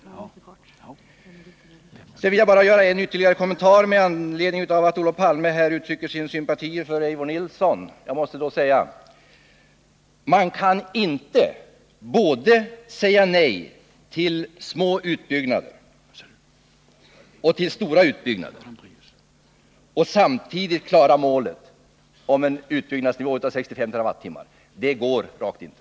Jag vill bara göra en ytterligare kommentar med anledning av att Olof Palme här uttrycker sina sympatier för Eivor Nilson. Man kan inte säga nej både till små utbyggnader och till stora utbyggnader och samtidigt klara målet: en utbyggnadsnivå på 65 TWh. Det går rakt inte.